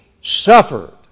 suffered